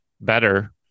better